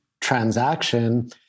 transaction